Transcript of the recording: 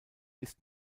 ist